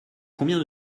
combien